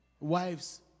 Wives